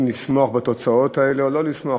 אם לשמוח בתוצאות האלה או לא לשמוח.